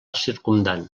circumdant